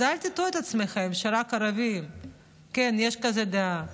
אז רק תטעו את עצמכם שרק ערבים, כן, יש כזאת דעה.